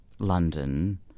London